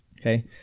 okay